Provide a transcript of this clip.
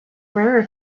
rarer